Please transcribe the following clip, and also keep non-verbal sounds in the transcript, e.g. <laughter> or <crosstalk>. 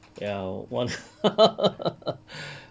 ya one <laughs> <breath>